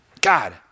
God